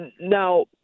now